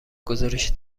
گزارش